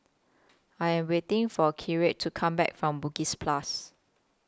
I Am waiting For to Come Back from Bugis Plus